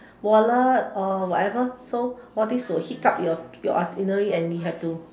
wallet or whatever so all these will hiccup your your itinerary and you have to